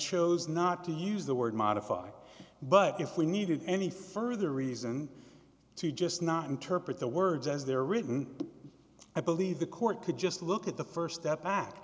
chose not to use the word modified but if we needed any further reason to just not interpret the words as they're written i believe the court could just look at the st step back